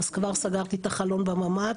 אז כבר סגרתי את החלון בממ"ד.